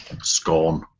Scorn